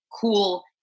cool